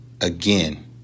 Again